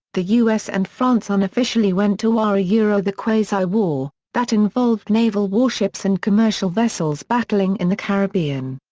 the u s. and france unofficially went to war ah ah the quasi war, that involved naval warships and commercial vessels battling in the caribbean.